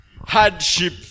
Hardship